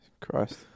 Christ